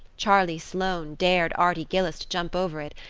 charlie sloane dared arty gillis to jump over it,